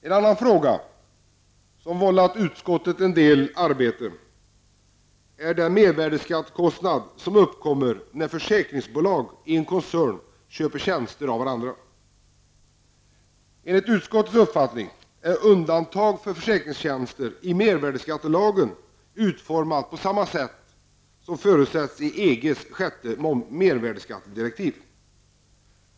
En annan fråga som vållat utskottet en del arbete är den mervärdeskattekostnad som uppkommer när försäkringsbolag i en koncern köper tjänster av varandra. Enligt utskottets uppfattning är undantag för försäkringstjänster i mervärdeskattelagen utformat på samma sätt som förutsätts i EGs sjätte mervärdeskattedirektiv.